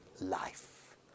life